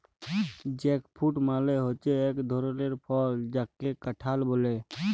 jackfruit মালে হচ্যে এক ধরলের ফল যাকে কাঁঠাল ব্যলে